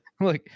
Look